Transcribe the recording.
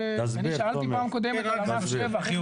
שאלתי פעם קודמת על מס שבח.